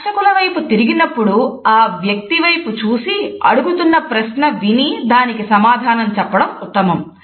ప్రేక్షకుల వైపు తిరిగినప్పుడు ఆ వ్యక్తి వైపు చూసి అడుగుతున్న ప్రశ్న విని దానికి సమాధానం చెప్పడం ఉత్తమం